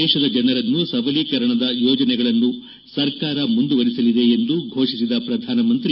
ದೇಶದ ಜನರನ್ನು ಸಬಲೀಕರಣದ ಯೋಜನೆಗಳನ್ನು ಸರ್ಕಾರ ಮುಂದುವರೆಸಲಿದೆ ಎಂದು ಘೋಷಿಸಿದ ಪ್ರಧಾನಮಂತ್ರಿ